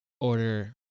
order